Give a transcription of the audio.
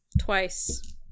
Twice